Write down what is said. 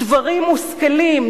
דברים מושכלים,